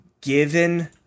given